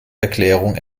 erklärung